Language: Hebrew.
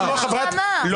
לא.